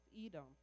Edom